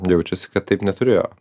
jaučiasi kad taip neturėjo